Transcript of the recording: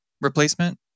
replacement